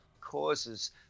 causes